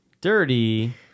Dirty